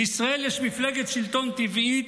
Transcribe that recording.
לישראל יש מפלגת שלטון טבעית,